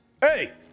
hey